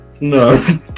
No